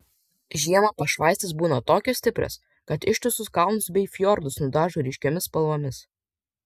žiemą pašvaistės būna tokios stiprios kad ištisus kalnus bei fjordus nudažo ryškiomis spalvomis